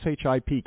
SHIP